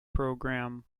program